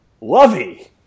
Lovey